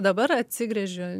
dabar atsigręžiu